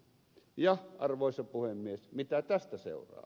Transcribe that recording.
ja arvoisa puhemies mitä tästä seuraa